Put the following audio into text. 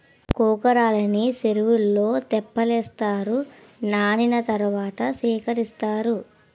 గొంకర్రలని సెరువులో తెప్పలేస్తారు నానిన తరవాత సేకుతీస్తారు